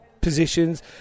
positions